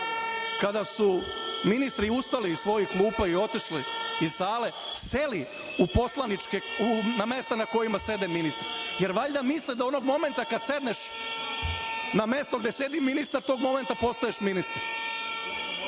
kada su ministri ustali iz svojih klupa i otišli iz sale, seli na mesta na kojima sede ministri, jer valjda misle da onog momenta kad sedneš na mesto gde sedi ministar, tog momenta postaješ ministar.